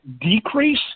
decrease